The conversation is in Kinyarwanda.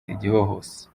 igihuhusi